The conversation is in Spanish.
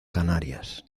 canarias